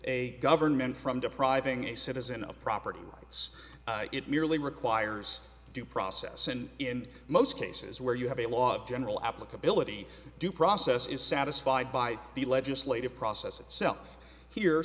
a government from depriving a citizen of property rights it merely requires due process and in most cases where you have a lot of general applicability due process is satisfied by the legislative process itself here